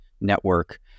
network